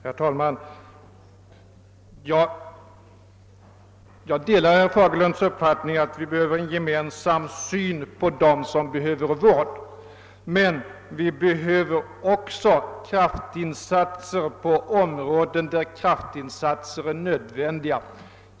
Herr talman! Jag delar herr Fagerlunds uppfattning att vi behöver en gemensam syn på dem som behöver vård. Men, herr Fagerlund, vi behöver också snabba insatser på områden där sådana är nödvändiga.